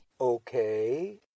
Okay